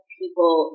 people